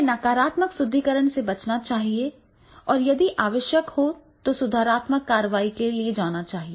हमें नकारात्मक सुदृढीकरण से बचना चाहिए या यदि आवश्यक हो तो सुधारात्मक कार्रवाई के लिए जाना चाहिए